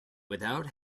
without